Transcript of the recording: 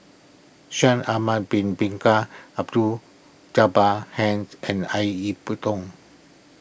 Shaikh Ahmad Bin Bin Jabbar Henn and Ip Yiu Tung